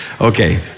Okay